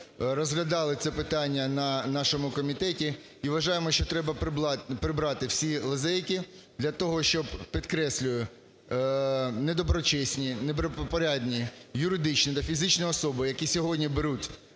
розглядали це питання на нашому комітеті і вважаємо, що треба прибрати всілазейки для того, щоб, підкреслюю, недоброчесні, недобропорядні юридичні та фізичні особи, які сьогодні беруть